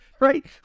Right